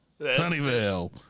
Sunnyvale